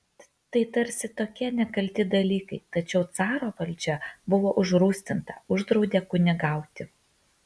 tai tarsi tokie nekalti dalykai tačiau caro valdžia buvo užrūstinta uždraudė kunigauti